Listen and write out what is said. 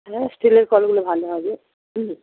হ্যাঁ স্টিলের কলগুলো ভালো হবে হুম